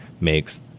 makes